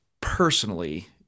personally